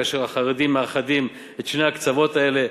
כאשר החרדים מאחדים את שני הקצוות האלה.